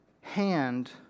hand